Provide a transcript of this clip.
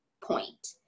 point